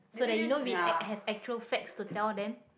so that you know we a~ have actual facts to tell them